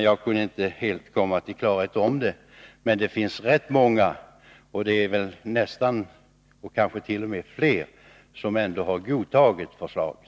Jag kunde inte helt komma till klarhet om det, men det är rätt många — kanske t.o.m. de flesta — som har godtagit förslaget.